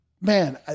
man